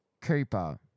Cooper